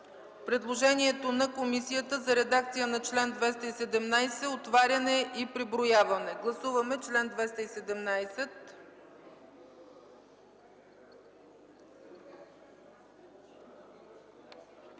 предложението на комисията за редакция на чл. 217 – „Отваряне и преброяване”. Гласували 100